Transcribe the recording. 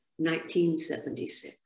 1976